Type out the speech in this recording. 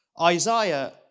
Isaiah